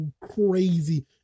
crazy